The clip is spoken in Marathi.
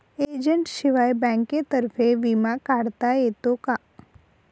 एजंटशिवाय बँकेतर्फे विमा काढता येतो का?